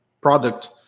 product